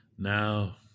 Now